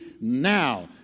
now